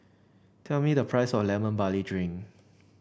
tell me the price of Lemon Barley Drink